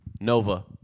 Nova